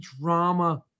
drama